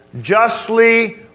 justly